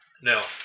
No